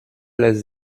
les